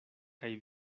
kaj